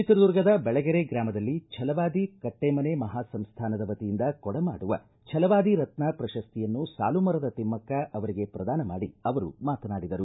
ಚಿತ್ರದುರ್ಗದ ಬೆಳಗೆರೆ ಗ್ರಾಮದಲ್ಲಿ ಭಲವಾದಿ ಕಟ್ಟೇಮನೆ ಮಹಾಸಂಸ್ಥಾನದ ವತಿಯಿಂದ ಕೊಡಮಾಡುವ ಿಭಲವಾದಿ ರತ್ನ ಪ್ರಶಸ್ತಿಯನ್ನು ಸಾಲು ಮರದ ತಿಮ್ಮಕ್ಕ ಅವರಿಗೆ ಪ್ರದಾನ ಮಾಡಿ ಅವರು ಮಾತಾಡಿದರು